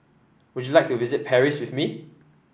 would you like to visit Paris with me